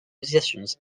musicians